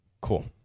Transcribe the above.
Cool